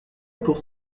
pour